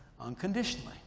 unconditionally